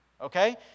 Okay